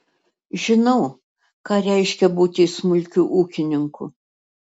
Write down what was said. žinau ką reiškia būti smulkiu ūkininku